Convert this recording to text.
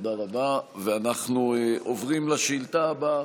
אנחנו עוברים לשאילתה הבאה.